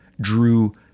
drew